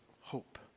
hope